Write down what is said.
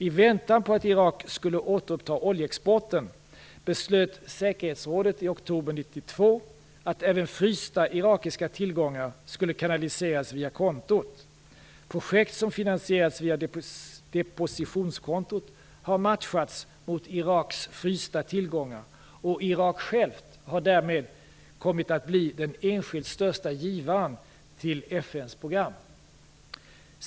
I väntan på att Irak skulle återuppta oljeexporten beslöt säkerhetsrådet i oktober 1992 att även frysta irakiska tillgångar skulle kanaliseras via kontot. Projekt som finansierats via depositionskontot har matchats mot Iraks frysta tillgångar och Irak självt har därmed kommit att bli den enskilt största givaren till FN:s program.